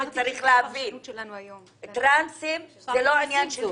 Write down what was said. צריך להבין שטרנסים זה לא עניין של